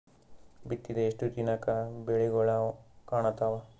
ಬಿತ್ತಿದ ಎಷ್ಟು ದಿನಕ ಬೆಳಿಗೋಳ ಕಾಣತಾವ?